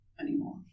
anymore